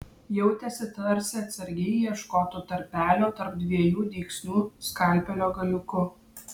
jautėsi tarsi atsargiai ieškotų tarpelio tarp dviejų dygsnių skalpelio galiuku